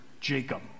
Jacob